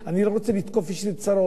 אני לא רוצה לתקוף פה אישית את שר האוצר,